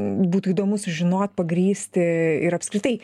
būtų įdomu sužinot pagrįsti ir apskritai